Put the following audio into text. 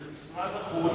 זה משרד החוץ,